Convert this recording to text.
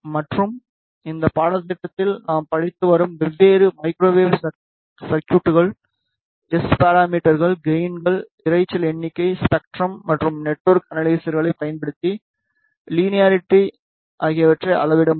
மற்றும் இந்த பாடத்திட்டத்தில் நாம் படித்து வரும் வெவ்வேறு மைக்ரோவேவ் சர்க்குட்கள் எஸ் பாராமீட்டர்கள் கேய்ன்கள் இரைச்சல் எண்ணிக்கை ஸ்பெக்ட்ரம் மற்றும் நெட்வொர்க் அனலைசர்களைப் பயன்படுத்தி லினியாரிட்டி ஆகியவற்றை அளவிட முடியும்